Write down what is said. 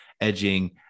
edging